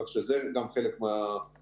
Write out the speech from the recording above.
כך שזה גם חלק מהתהליך,